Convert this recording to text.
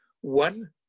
One